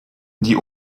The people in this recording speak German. die